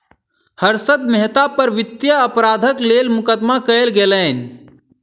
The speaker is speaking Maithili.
हर्षद मेहता पर वित्तीय अपराधक लेल मुकदमा कयल गेलैन